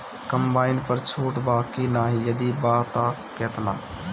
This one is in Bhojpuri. कम्बाइन पर छूट बा की नाहीं यदि बा त केतना?